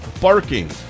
barking